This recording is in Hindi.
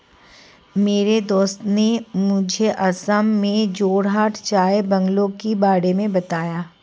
मेरे दोस्त ने मुझे असम में जोरहाट चाय बंगलों के बारे में बताया